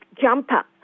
jumper